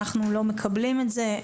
אנחנו לא מקבלים את זה,